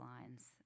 lines